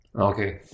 Okay